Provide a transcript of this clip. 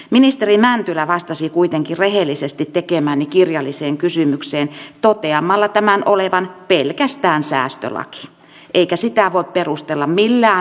ministeri mäntylä vastasi kuitenkin rehellisesti tekemääni kirjalliseen kysymykseen toteamalla että tämä on pelkästään säästölaki eikä sitä voi perustella millään muulla syyllä